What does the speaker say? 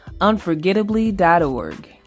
Unforgettably.org